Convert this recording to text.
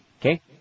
Okay